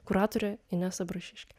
kuratorė inesa brašiškė